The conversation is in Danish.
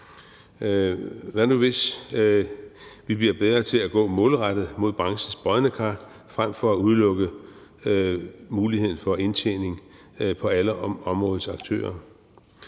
Hvad nu, hvis vi bliver bedre til at gå målrettet efter branchens brodne kar frem for at udelukke muligheden for indtjening for alle områdets aktører?